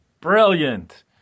Brilliant